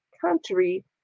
country